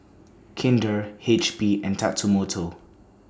Kinder H P and Tatsumoto